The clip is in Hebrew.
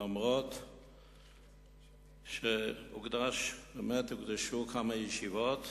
אף-על-פי שהוקדשו לכך כמה ישיבות,